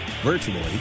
virtually